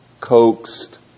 coaxed